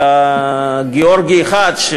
אלא גאורגי אחד,